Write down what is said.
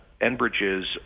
Enbridge's